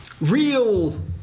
Real